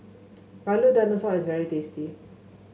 Milo Dinosaur is very tasty